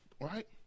right